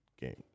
game